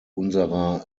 unserer